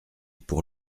pour